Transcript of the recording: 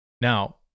Now